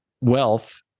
wealth